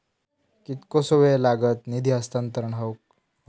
कितकोसो वेळ लागत निधी हस्तांतरण हौक?